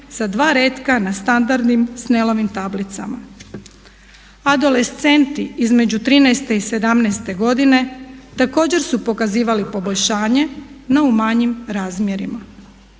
sa dva retka na standardnim snelovim tablicama. Adolescenti između 13 i 17 godine također su pokazivali poboljšanje no u manjim razmjerima.